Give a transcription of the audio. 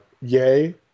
yay